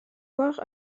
voire